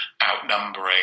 outnumbering